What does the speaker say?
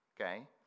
okay